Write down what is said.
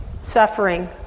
suffering